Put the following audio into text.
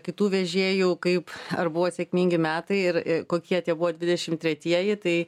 kitų vežėjų kaip ar buvo sėkmingi metai ir kokie tie buvo ir dvidešimt tretieji tai